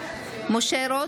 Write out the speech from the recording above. משה רוט,